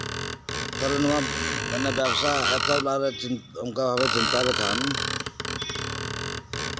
ᱛᱟᱞᱦᱮ ᱱᱚᱣᱟ ᱵᱮᱵᱥᱟ ᱮᱛᱚᱦᱚᱵ ᱞᱟᱦᱟᱨᱮ ᱚᱱᱠᱟ ᱵᱷᱟᱵᱮ ᱪᱤᱱᱛᱟᱹ ᱞᱮᱠᱷᱟᱱ